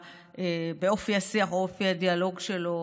ובאופי השיח או אופי הדיאלוג שלו,